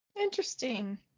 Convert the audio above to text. Interesting